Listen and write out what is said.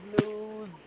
news